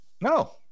No